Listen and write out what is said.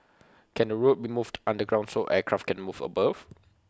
can the road be moved underground so aircraft can move above